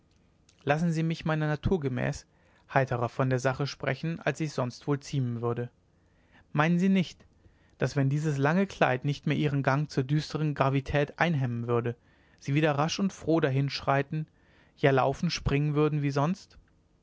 lassen sie mich meiner natur gemäß heitrer von der sache sprechen als sich sonst wohl ziemen würde meinen sie denn nicht daß wenn dieses lange kleid nicht mehr ihren gang zur düstern gravität einhemmen würde sie wieder rasch und froh dahin schreiten ja laufen springen würden wie sonst